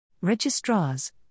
Registrars